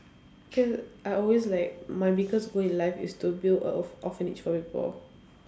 cause I always like my biggest goal in life is to build a orph~ orphanage for people